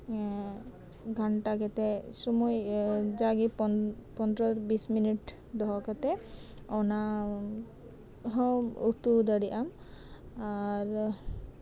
ᱜᱷᱟᱱᱴᱟ ᱠᱟᱛᱮᱜ ᱥᱚᱢᱚᱭ ᱡᱟᱜᱮ ᱯᱚᱱᱨᱚ ᱵᱤᱥ ᱢᱤᱱᱤᱴ ᱫᱚᱦᱚ ᱠᱟᱛᱮᱜ ᱚᱱᱟ ᱦᱚᱢ ᱤᱛᱩ ᱫᱟᱲᱮᱭᱟᱜ ᱟᱢ ᱟᱨ